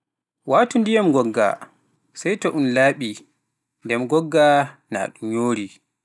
Waatu ndiyam ngoggaa sey to un laaɓii, nden ngoggaa naa ɗum yoorii.